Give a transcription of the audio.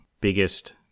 biggest